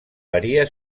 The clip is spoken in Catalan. varia